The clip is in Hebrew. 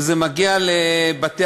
וזה מגיע לבתי-המשפט,